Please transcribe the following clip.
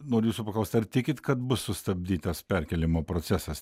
noriu jūsų paklausti ar tikit kad bus sustabdytas perkėlimo procesas